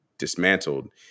dismantled